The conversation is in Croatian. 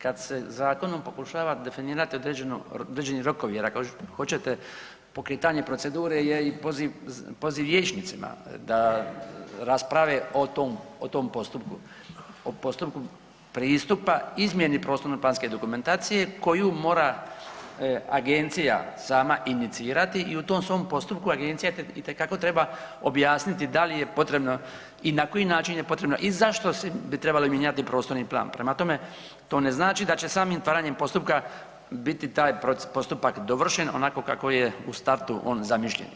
Kad se zakonom pokušava definirati određeni rokovi jer ako hoćete pokretanje procedure je i poziv vijećnicima da rasprave o tom postupku, o postupku pristupa izmjeni prostorno planske dokumentacije koju mora agencija sama inicirati i u tom svom postupku agencija itekako treba objasniti da li je potrebno i na koji način je potrebno i zašto bi trebalo mijenjati prostorni plan, prema tome to ne znači da će samim trajanjem postupka biti taj postupak dovršen onako kako je u startu on zamišljen.